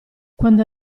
quando